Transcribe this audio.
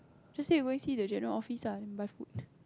just say you going see the general office lah then buy food